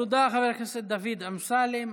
תודה, חבר הכנסת דוד אמסלם.